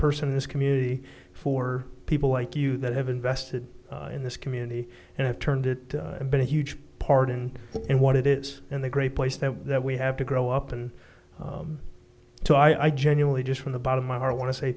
person in this community for people like you that have invested in this community and have turned it and been a huge part in in what it is and the great place that we have to grow up and so i genuinely just from the bottom my heart i want to say